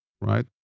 right